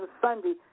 Sunday